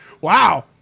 Wow